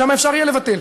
שם יהיה אפשר לבטל.